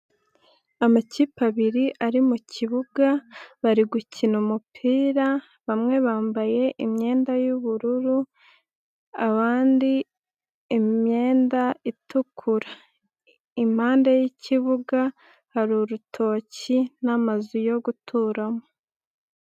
Amakipe abiri ari mu kibuga bari gukina umupira, bamwe bambaye imyenda y'ubururu, abandi imyenda itukura. Impande y'ikibuga hari urutoki n'amazu yo guturamo.